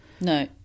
No